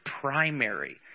primary